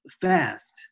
fast